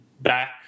back